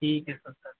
ठीक है सर तब